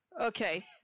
Okay